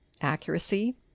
accuracy